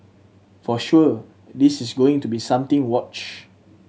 for sure this is going to be something watch